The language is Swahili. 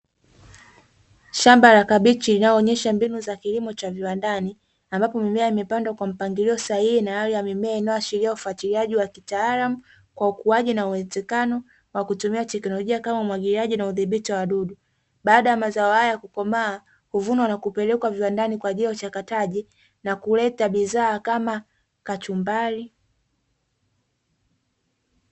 Shamba la kabichi linaonyesha mbinu za kilimo cha viwandani, ambapo mimea imepandwa kwa mpangilio sahihi na hali ya mimea inayoashiria ufuatiliaji wa kitaalamu, kwa ukuaji na uwezekano wa kutumia teknolojia kama umwagiliaji na udhibiti wa wadudu, baada ya mazao haya kukomaa huvunwa na kupelekwa viwandani kwa ajili ya uchakataji, na kuleta bidhaa kama kachumbari.